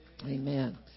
Amen